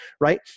right